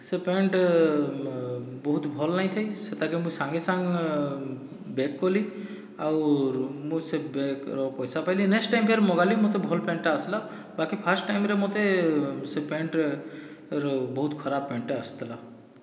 ସେ ପ୍ୟାଣ୍ଟ ବହୁତ ଭଲ ନାଇ ଥାଇ ସେତାକେ ମୁଇଁ ସାଙ୍ଗେ ସାଙ୍ଗ ବେକ୍ କଲି ଆଉର୍ ମୁଁ ସେ ବେକ୍ରେ ପଇସା ପାଇଲି ନେକ୍ସଟ ଟାଇମ ଫେର ମଗାଲି ମୋତେ ଭଲ ପ୍ୟାଣ୍ଟଟା ଆସିଲା ବାକି ଫାଷ୍ଟ ଟାଇମରେ ମୋତେ ସେ ପ୍ୟାଣ୍ଟ ର ବହୁତ ଖରାପ ପ୍ୟାଣ୍ଟଟେ ଆସିଥିଲା